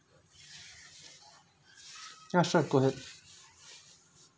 ya sure go ahead